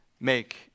make